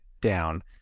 down